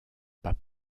pas